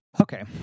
Okay